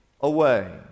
away